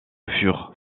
furent